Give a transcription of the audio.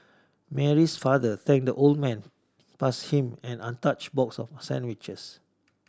Mary's father thanked the old man passed him an untouched box of sandwiches